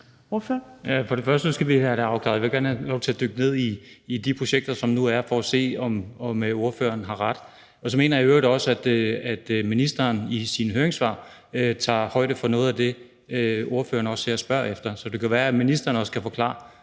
For det første skal vi have det afklaret, og jeg vil gerne have lov til at dykke ned i de projekter, som nu er, for at se, om ordføreren har ret. Så mener jeg i øvrigt også, at ministeren i forbindelse med høringssvarene tager højde for noget af det, ordføreren her spørger efter. Så det kan jo også være, at ministeren kan forklare